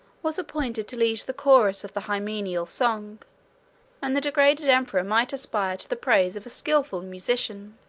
was appointed to lead the chorus of the hymeneal song and the degraded emperor might aspire to the praise of a skilful musician.